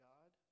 God